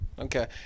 Okay